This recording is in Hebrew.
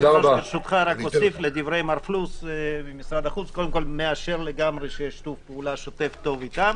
ברשותך קודם כל אני מאשר לגמרי שיש שיתוף פעולה מלא אתם,